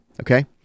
Okay